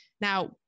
Now